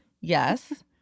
yes